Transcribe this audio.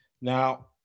Now